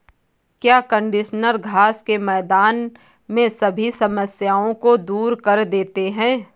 क्या कंडीशनर घास के मैदान में सभी समस्याओं को दूर कर देते हैं?